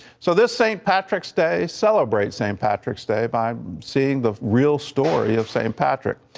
so this st. patrick's day celebrates st. patrick's day by seeing the real story of saint patrick.